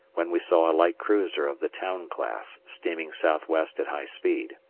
when we saw a light cruiser of the town class steaming south-west at high speed.